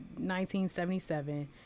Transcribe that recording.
1977